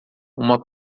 uma